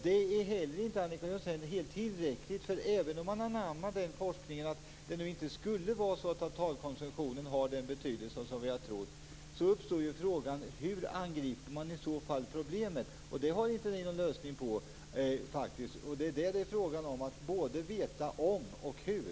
Det är heller inte helt tillräckligt, Annika Jonsell, därför att även om man anammar den forskning som tyder på att totalkonsumtionen inte har den betydelse som vi har trott, uppstår ju frågan hur man i så fall angriper problemet. Det har ni faktiskt ingen lösning på. Det är fråga om att veta både om och hur.